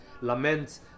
laments